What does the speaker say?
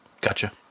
Gotcha